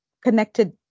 connected